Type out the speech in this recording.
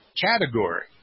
category